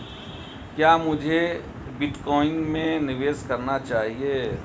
क्या मुझे बिटकॉइन में निवेश करना चाहिए?